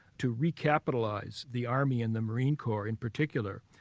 to recapitalize the army and the marine corp, in particular,